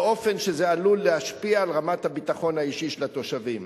באופן שזה שעלול להשפיע על רמת הביטחון האישי של התושבים.